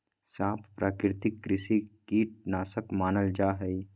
सांप प्राकृतिक कृषि कीट नाशक मानल जा हई